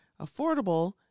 affordable